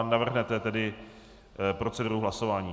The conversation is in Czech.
Navrhnete tedy proceduru hlasování.